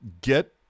get